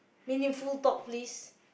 meaningful talk please